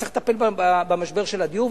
צריך לטפל במשבר הדיור,